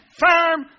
firm